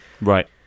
Right